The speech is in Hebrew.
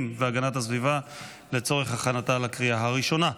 והגנת הסביבה לצורך הכנתה לקריאה הראשונה.